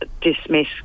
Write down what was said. dismiss